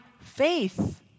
faith